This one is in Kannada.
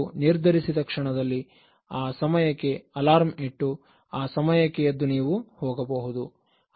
ನೀವು ನಿರ್ಧರಿಸಿದ ಕ್ಷಣದಲ್ಲಿ ಆ ಸಮಯಕ್ಕೆ ಅಲಾರ್ಮ್ ಇಟ್ಟು ಆ ಸಮಯಕ್ಕೆ ಎದ್ದು ನೀವು ಹೋಗಬಹುದು